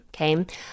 Okay